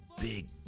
big